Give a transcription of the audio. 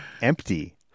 empty